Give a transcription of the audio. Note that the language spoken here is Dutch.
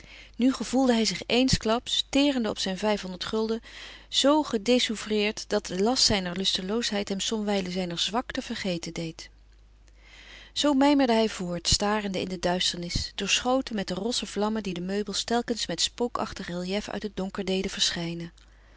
nu gevoelde hij zich eensklaps terende op zijn vijfhonderd gulden zoo gedésoeuvreerd dat de last zijner lusteloosheid hem somwijlen zijne zwakte vergeten deed zoo mijmerde hij voort starende in de duisternis doorschoten met de rosse vlammen die de meubels telkens met spookachtig relief uit het donker deden verschijnen